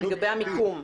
גברתי,